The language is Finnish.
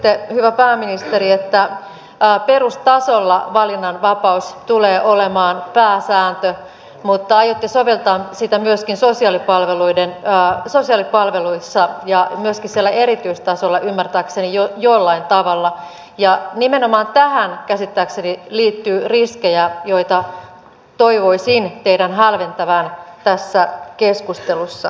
totesitte hyvä pääministeri että perustasolla valinnanvapaus tulee olemaan pääsääntö mutta aiotte soveltaa sitä myöskin sosiaalipalveluissa ja myöskin siellä erityistasolla ymmärtääkseni jollain tavalla ja nimenomaan tähän käsittääkseni liittyy riskejä joita toivoisin teidän hälventävän tässä keskustelussa